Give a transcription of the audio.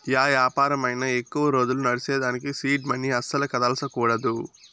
yeah యాపారమైనా ఎక్కువ రోజులు నడ్సేదానికి సీడ్ మనీ అస్సల కదల్సకూడదు